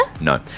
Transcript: No